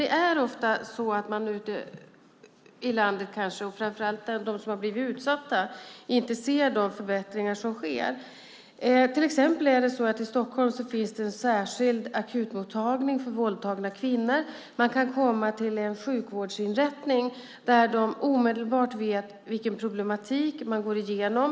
Det är ofta så att man ute i landet, och det gäller kanske framför allt dem som har blivit utsatta, inte ser de förbättringar som sker. I Stockholm finns det till exempel en särskild akutmottagning för våldtagna kvinnor. Man kan komma till en sjukvårdsinrättning där de omedelbart vet vilken problematik man går igenom.